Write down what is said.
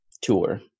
tour